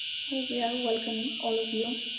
we are welcome all of you,